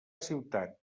ciutat